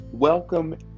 Welcome